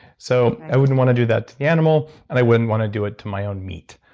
so i wouldn't want to do that to the animal and i wouldn't want to do it to my own meat.